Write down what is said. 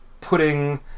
Putting